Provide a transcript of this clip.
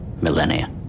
millennia